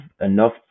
enough